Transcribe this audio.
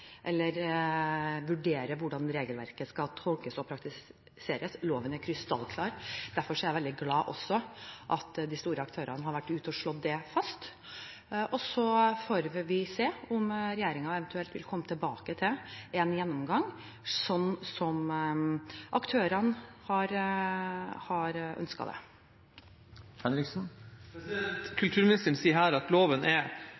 eller vurdere hvordan regelverket skal tolkes og praktiseres. Loven er krystallklar. Derfor er jeg også veldig glad for at de store aktørene har vært ute og slått det fast, og så får vi se om regjeringen eventuelt vil komme tilbake til en gjennomgang, sånn som aktørene har ønsket. Kulturministeren sier her at loven er